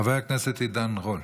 חבר הכנסת עידן רול.